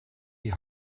die